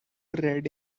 red